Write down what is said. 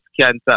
cancer